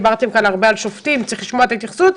דיברתם כאן הרבה על שופטים וצריך לשמוע את ההתייחסות.